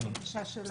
זאת הבקשה שלנו.